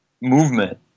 movement